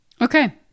Okay